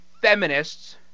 feminists